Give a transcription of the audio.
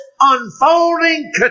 unfolding